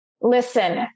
listen